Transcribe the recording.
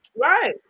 right